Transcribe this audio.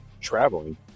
traveling